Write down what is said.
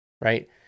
right